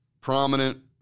prominent